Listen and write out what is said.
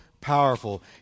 powerful